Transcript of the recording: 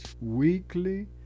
weekly